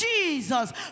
Jesus